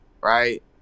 right